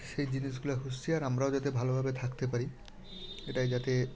সেই জিনিসগুলো খুঁজছি আর আমরাও যাতে ভালোভাবে থাকতে পারি এটায় যাতে